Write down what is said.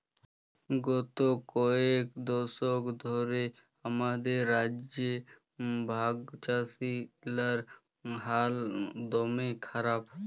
গত কয়েক দশক ধ্যরে আমাদের রাজ্যে ভাগচাষীগিলার হাল দম্যে খারাপ